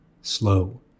Slow